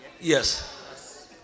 Yes